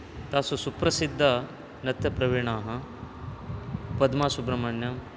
तासु सुप्रसिद्धनृत्यप्रवीणाः पद्मासुब्रह्मण्यम्